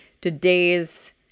today's